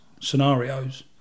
scenarios